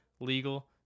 legal